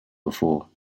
before